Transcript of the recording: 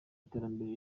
iterambere